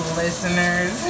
listeners